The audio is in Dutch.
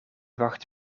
wacht